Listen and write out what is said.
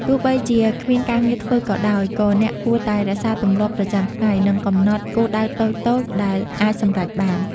ទោះបីជាគ្មានការងារធ្វើក៏ដោយ ក៏អ្នកគួរតែរក្សាទម្លាប់ប្រចាំថ្ងៃ និងកំណត់គោលដៅតូចៗដែលអាចសម្រេចបាន។